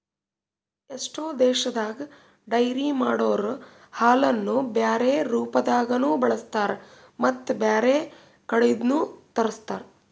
ಎಷ್ಟೋ ದೇಶದಾಗ ಡೈರಿ ಮಾಡೊರೊ ಹಾಲನ್ನು ಬ್ಯಾರೆ ರೂಪದಾಗನೂ ಬಳಸ್ತಾರ ಮತ್ತ್ ಬ್ಯಾರೆ ಕಡಿದ್ನು ತರುಸ್ತಾರ್